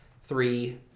three